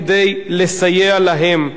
כדי לסייע להם,